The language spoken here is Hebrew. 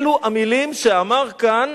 אלה המלים שאמר כאן